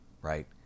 Right